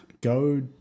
go